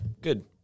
Good